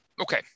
Okay